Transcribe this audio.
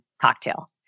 cocktail